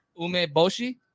Umeboshi